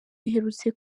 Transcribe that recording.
iherutse